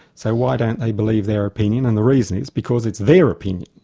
so why don't they believe their opinion, and the reason is because it's their opinion,